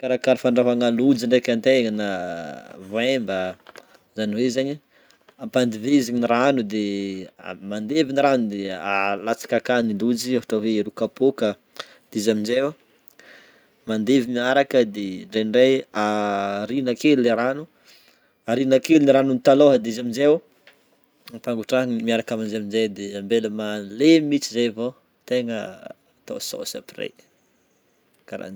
Mikarahakaraha fandrahoagna lojy ndreka tegna na voemba zany hoe zany a ampadivezigny rano de mandevy ny rano de alatsaka akagny lojy ôhatra hoe roa kapoka de izy amize ô mandevy miaraka de indraindray a araina kely le rano, arina kely le ranony taloha de izy amize ampagnotrahana miaraka amin'ny izy amize de ambela malemy mihintsy zey vo ato sôsy après.